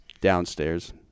Downstairs